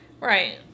Right